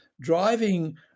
driving